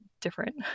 different